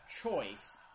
choice